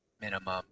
minimum